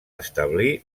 establir